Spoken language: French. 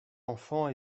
enfants